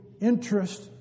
interest